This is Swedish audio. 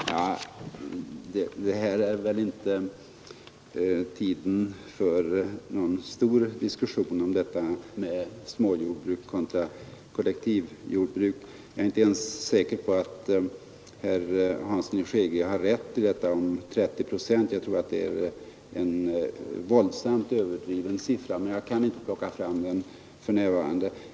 Herr talman! Det här är väl inte en debattpunkt för någon stor diskussion om småjordbruk kontra kollektivjordbruk. Jag är inte alls säker på att herr Hansson i Skegrie har rätt när han säger att 30 procent av Sovjets livsmedel kommer från jordbrukarnas egna lotter. Jag tror att det är en våldsamt överdriven siffra, men jag kan inte plocka fram den riktiga uppgiften för ögonblicket.